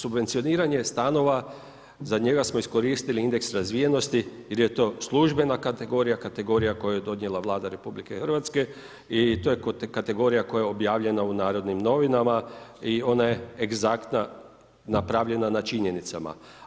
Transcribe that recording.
Subvencioniranje stanova, za njega smo iskoristili indeks razvijenosti jel je to službena kategorija, kategorija koju je donijela Vlada RH i to je kategorija koja je objavljena u Narodnim novinama i ona je egzaktna napravljena na činjenicama.